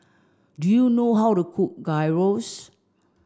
do you know how to cook Gyros